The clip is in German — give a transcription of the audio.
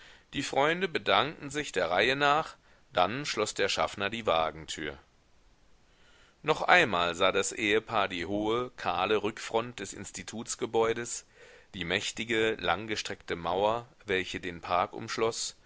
die freunde bedankten sich der reihe nach dann schloß der schaffner die wagentür noch einmal sah das ehepaar die hohe kahle rückfront des institutsgebäudes die mächtige langgestreckte mauer welche den park